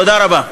תודה רבה.